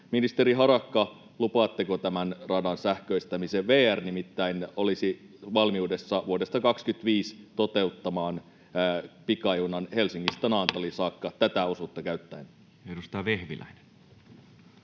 Ministeri Harakka, lupaatteko tämän radan sähköistämisen? VR nimittäin olisi valmiudessa vuodesta 25 lähtien toteuttamaan pikajunan Helsingistä Naantaliin saakka tätä osuutta käyttäen. Edustaja Vehviläinen.